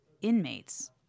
inmates